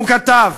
והוא כתב: